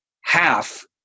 half